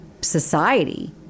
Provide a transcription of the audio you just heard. society